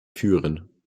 führen